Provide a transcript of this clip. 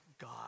God